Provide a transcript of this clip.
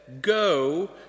Go